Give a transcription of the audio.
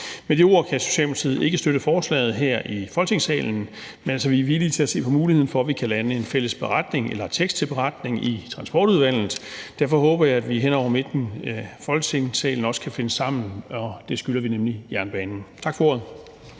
Socialdemokratiet ikke støtte forslaget her i Folketingssalen, men vi er altså villige til at se på muligheden for, at vi kan lande en fælles beretning eller tekst til beretning i Transportudvalget. Derfor håber jeg, at vi også kan finde sammen hen over midten af Folketingssalen, for det skylder vi nemlig jernbanen. Tak for ordet.